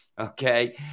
okay